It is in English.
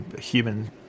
human